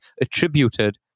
attributed